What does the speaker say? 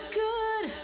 good